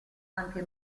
anche